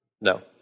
No